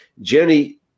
Jenny